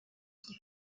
qui